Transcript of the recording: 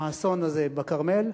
האסון הזה בכרמל,